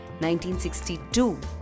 1962